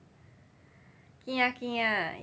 kia kia